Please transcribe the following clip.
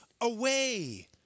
away